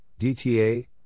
DTA